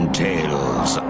tales